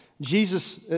Jesus